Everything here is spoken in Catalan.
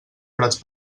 prats